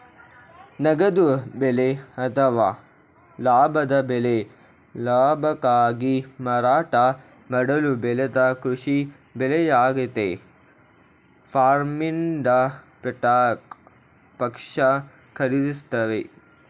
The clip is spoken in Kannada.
ನಗದು ಬೆಳೆ ಅಥವಾ ಲಾಭದ ಬೆಳೆ ಲಾಭಕ್ಕಾಗಿ ಮಾರಾಟ ಮಾಡಲು ಬೆಳೆದ ಕೃಷಿ ಬೆಳೆಯಾಗಯ್ತೆ ಫಾರ್ಮ್ನಿಂದ ಪ್ರತ್ಯೇಕ ಪಕ್ಷ ಖರೀದಿಸ್ತವೆ